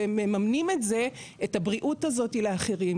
ובעצם מממנים את הבריאות הזאת לאחרים.